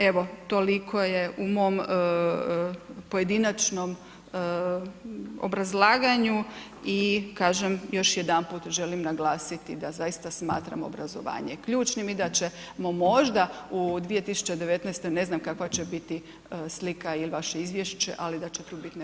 Evo, toliko je u mom pojedinačnom obrazlaganju i kažem još jedanput želim naglasiti da zaista smatram obrazovanje ključnim i da ćemo možda u 2019. ne znam kakva će biti slika il vaše izvješće, ali da će tu biti